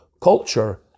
culture